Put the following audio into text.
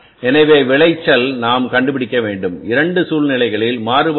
எனவேவிளைச்சல்நாம் கண்டுபிடிக்க வேண்டும் 2 சூழ்நிலைகளில்மாறுபாட்டை